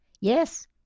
Yes